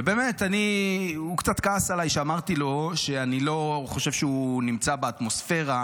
הוא קצת כעס עליי שאמרתי לו שאני לא חושב שהוא נמצא באטמוספירה,